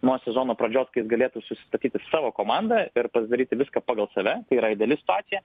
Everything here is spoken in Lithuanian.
nuo sezono pradžios kai jis galėtų susistatyti savo komandą ir pasidaryti viską pagal save tai yra ideali situacija